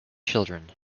children